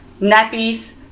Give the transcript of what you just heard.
nappies